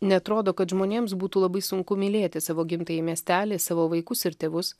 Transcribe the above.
neatrodo kad žmonėms būtų labai sunku mylėti savo gimtąjį miestelį savo vaikus ir tėvus